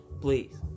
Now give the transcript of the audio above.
please